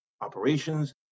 operations